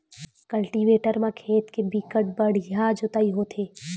cultivator म खेत के बिकट बड़िहा जोतई होथे